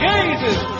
Jesus